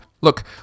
Look